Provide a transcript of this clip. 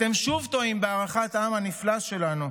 אתם שוב טועים בהערכת העם הנפלא שלנו,